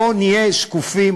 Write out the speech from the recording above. בואו נהיה שקופים,